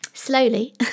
slowly